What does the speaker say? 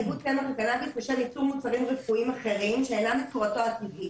עידוד צמח הקנאביס לשם ייצור מוצרים רפואיים אחרים שאינם מצורתו הטבעית,